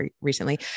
recently